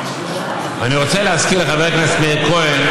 אני רוצה להזכיר לחבר הכנסת מאיר כהן,